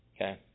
Okay